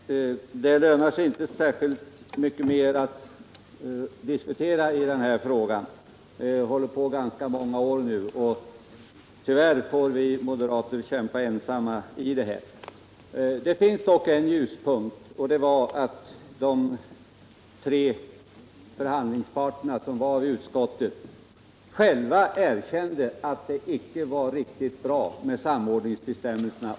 Herr talman! Det lönar sig inte särskilt mycket att diskutera mer i den här frågan. Vi har hållit på med det i ganska många år nu, men tyvärr får vi moderater kämpa ensamma. Det finns dock en ljuspunkt, och det är att de tre förhandlingsparter som var med vid utskottsbehandlingen själva erkände att samordningsbestämmelserna inte är riktigt bra.